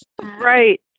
Right